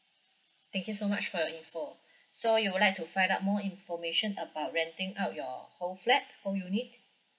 thank you so much for your info so you would like to find out more information about renting out your whole flat whole unit